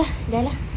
okay lah dah lah